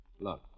Look